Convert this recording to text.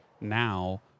now